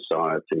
society